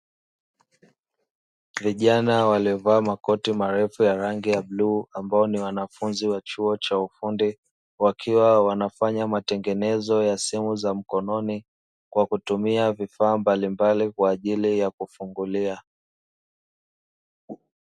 Vijana waliovaa makoti marefu ya rangi ya bluu ambao ni wanafunzi wa chuo cha ufundi wakiwa wanafanya matengenezo ya simu za mkononi, kwa kutumia vifaa mbalimbali kwa ajili ya kufungulia.